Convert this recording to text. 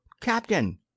captain